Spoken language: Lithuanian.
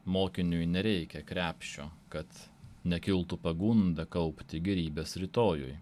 mokiniui nereikia krepšio kad nekiltų pagunda kaupti gėrybes rytojui